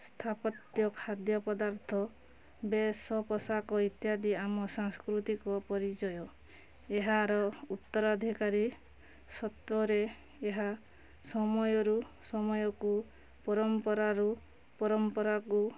ସ୍ଥାପତ୍ୟ ଖାଦ୍ୟ ପଦାର୍ଥ ବେଶ ପୋଷାକ ଇତ୍ୟାଦି ଆମ ସାଂସ୍କୃତିକ ପରିଚୟ ଏହାର ଉତ୍ତରାଧିକାରୀ ସତ୍ଵରେ ଏହା ସମୟରୁ ସମୟକୁ ପରମ୍ପରାରୁ ପରମ୍ପରାକୁ